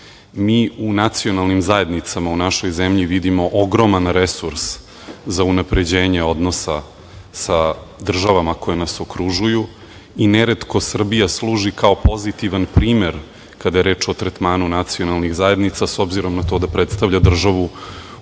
u nacionalnim zajednicama u našoj zemlji vidimo ogroman resurs za unapređenje odnosa sa državama koje nas okružuju i neretko Srbija služi kao pozitivan primer kada je reč o tretmanu nacionalnih zajednica, s obzirom na to da predstavlja državu